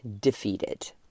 defeated